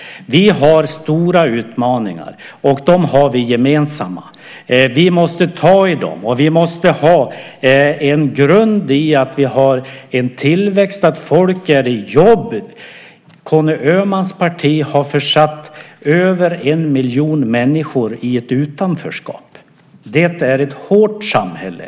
Vi har stora utmaningar, och dem har vi gemensamt. Vi måste ta tag i dem. Vi måste ha en grund i form av att vi har tillväxt och att folk är i jobb. Conny Öhmans parti har försatt över en miljon människor i ett utanförskap. Det är ett hårt samhälle.